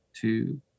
two